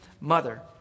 mother